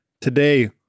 today